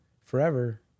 forever